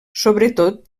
sobretot